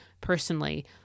personally